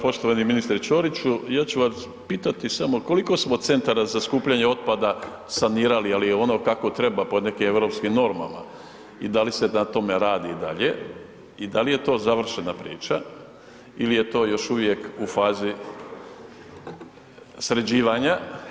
Poštovani ministre Ćoriću, ja ću vas pitati samo koliko smo centara za skupljanje otpada sanirali, ali ono kako treba po nekim europskim normama i da li se na tome radi i dalje i da li je to završena priča ili je to još uvijek u fazi sređivanja?